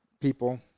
People